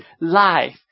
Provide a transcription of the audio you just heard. life